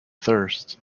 thirst